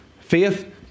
Faith